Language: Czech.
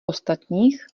ostatních